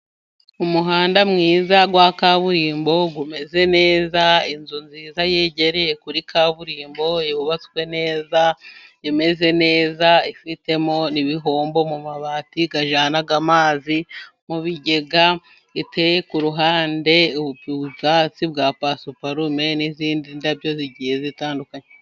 Umuhanda mwiza wa kaburimbo umeze neza, inzu nziza yegereye kuri kaburimbo yubatswe neza imeze neza, ifitemo n'ibihombo mu mabati aijyana amazi mu bigega, iteye ku ruhande ubwatsi bwa pasuparume n'izindi ndabo zigiye zitandukanye.